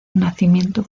nacimiento